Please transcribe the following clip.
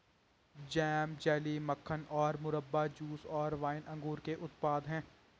jam, jelly, मक्खन और मुरब्बा, जूस और वाइन अंगूर के उत्पाद हैं